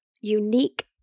unique